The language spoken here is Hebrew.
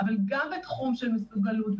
אבל גם בתחום מסוגלות,